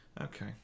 Okay